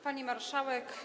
Pani Marszałek!